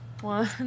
One